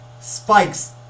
spikes